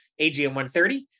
AGM-130